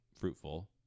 fruitful